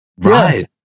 Right